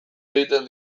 egiten